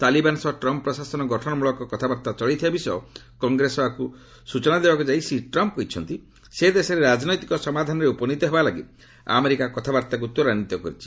ତାଲିବାନ୍ ସହ ଟ୍ରମ୍ପ୍ ପ୍ରଶାସନ ଗଠନମଳକ କଥାବାର୍ତ୍ତା ଚଳେଇଥିବା ବିଷୟ କଂଗ୍ରେସ ସଭାକୁ ସୂଚନା ଦେବାକୁ ଯାଇ ଶ୍ରୀ ଟ୍ରମ୍ପ୍ କହିଛନ୍ତି ସେ ଦେଶରେ ରାଜନୈତିକ ସମାଧାନରେ ଉପନୀତ ହେବାଲାଗି ଆମେରିକା କଥାବାର୍ତ୍ତାକୁ ତ୍ୱରାନ୍ୱିତ କରିଛି